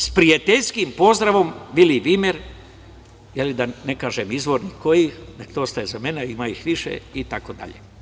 S prijateljskim pozdravom Vili Vimer, da ne kažem izvorni koji, dosta je za mene, ima ih više, itd.